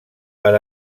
per